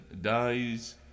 dies